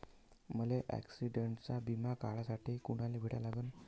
मले ॲक्सिडंटचा बिमा काढासाठी कुनाले भेटा लागन?